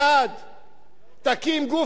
תקים גוף אחד שמכיר אותם,